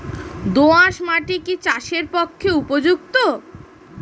দোআঁশ মাটি কি চাষের পক্ষে উপযুক্ত?